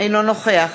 אינו נוכח